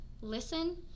listen